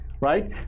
Right